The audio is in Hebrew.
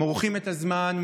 מורחים את הזמן,